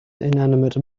inanimate